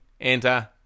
enter